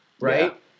right